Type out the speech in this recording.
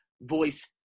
voice